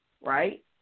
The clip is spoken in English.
right